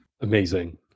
Amazing